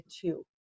two